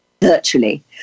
virtually